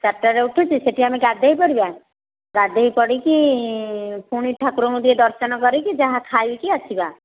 ଚାରିଟାରେ ଉଠୁଛି ସେଇଠି ଆମେ ଗାଧୋଇ ପଡ଼ିବା ଗାଧୋଇ ପଡ଼ିକି ପୁଣି ଠାକୁରଙ୍କୁ ଟିକିଏ ଦର୍ଶନ କରିକି ଯାହା ଖାଇକି ଆସିବା